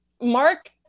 Mark